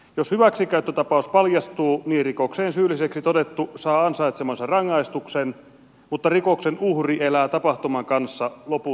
jos hyväksikäyttötapaus paljastuu rikokseen syylliseksi todettu saa ansaitsemansa rangaistuksen mutta rikoksen uhri elää tapahtuman kanssa lopun elämäänsä